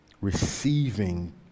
receiving